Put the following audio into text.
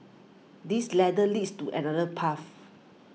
this ladder leads to another path